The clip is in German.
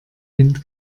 wind